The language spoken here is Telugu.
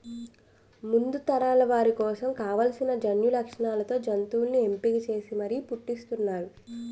ముందు తరాల వారి కోసం కావాల్సిన జన్యులక్షణాలతో జంతువుల్ని ఎంపిక చేసి మరీ పుట్టిస్తున్నారు